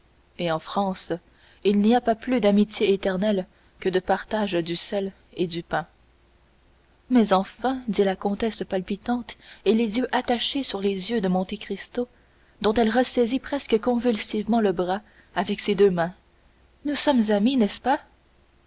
et en france il n'y a pas plus d'amitiés éternelles que de partage du sel et du pain mais enfin dit la comtesse palpitante et les yeux attachés sur les yeux de monte cristo dont elle ressaisit presque convulsivement le bras avec ses deux mains nous sommes amis n'est-ce pas